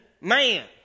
man